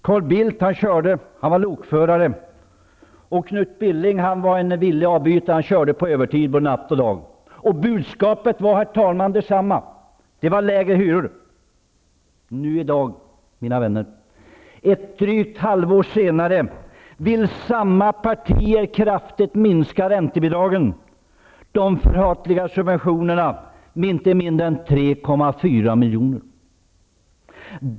Carl Bildt var lokförare och Knut Billing var en villig avbytare -- han körde på övertid, både natt och dag. Budskapet var detsamma -- det var lägre hyror. I dag, ett drygt halvår senare, mina vänner, vill samma partier kraftigt minska räntebidragen -- de förhatliga subventionerna -- med inte mindre än 3,4 miljarder.